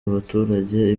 abaturage